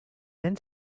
then